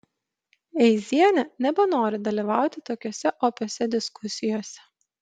eizienė nebenori dalyvauti tokiose opiose diskusijose